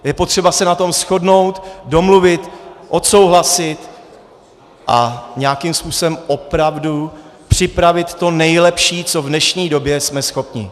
Je potřeba se na tom shodnout, domluvit, odsouhlasit a nějakým způsobem opravdu připravit to nejlepší, co v dnešní době jsme schopni.